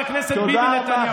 חבר הכנסת ביבי נתניהו,